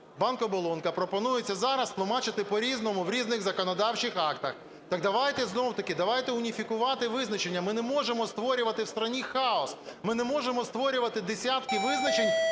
банк-оболонка – пропонується зараз тлумачити по-різному в різних законодавчих актах. Так давайте знову ж таки, давайте уніфікувати визначення. Ми не можемо створювати в страні хаос, ми не можемо створювати десятки визначень